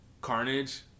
Carnage